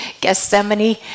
Gethsemane